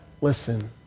listen